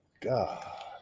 God